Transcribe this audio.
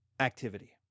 Activity